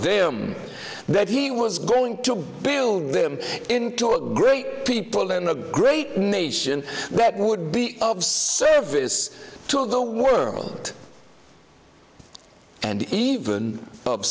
them that he was going to build them into a great people and a great nation that would be of service to the world and even